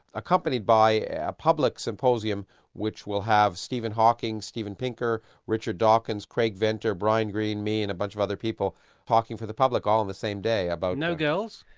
accompanied by a public symposium which will have stephen hawking, steven pinker, richard dawkins, craig venter, brian greene, me, and a bunch of other people talking to the public all in the same day about. no girls?